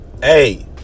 hey